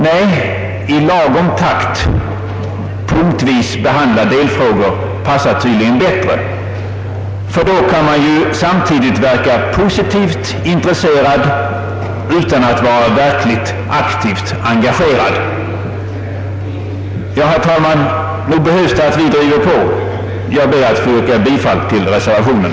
Nej, att i lagom takt punktvis behandla delfrågor passar tydligen bättre, ty då kan man ju samtidigt verka positivt intresserad utan att vara verkligt aktivt engagerad. Ja, herr talman, nog behövs det att vi driver på! Jag ber att få yrka bifall till reservationen.